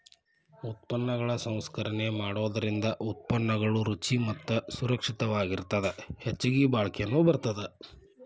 ಉತ್ಪನ್ನಗಳ ಸಂಸ್ಕರಣೆ ಮಾಡೋದರಿಂದ ಉತ್ಪನ್ನಗಳು ರುಚಿ ಮತ್ತ ಸುರಕ್ಷಿತವಾಗಿರತ್ತದ ಹೆಚ್ಚಗಿ ಬಾಳಿಕೆನು ಬರತ್ತದ